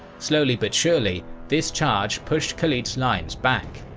slowly but surely, this charge pushed khalid's lines back.